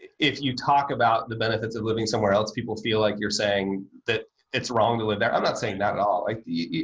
if you talk about the benefits of living somewhere else, people feel like you're saying that it's wrong to live there. i'm not saying that at all, like